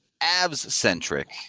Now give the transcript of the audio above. abs-centric –